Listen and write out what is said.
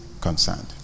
concerned